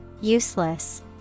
useless